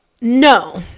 no